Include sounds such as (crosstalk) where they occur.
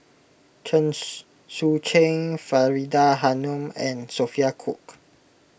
Chen (noise) Sucheng Faridah Hanum and Sophia Cooke